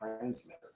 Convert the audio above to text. transmitter